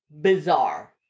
bizarre